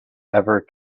ever